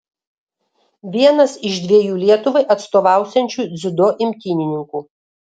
vienas iš dviejų lietuvai atstovausiančių dziudo imtynininkų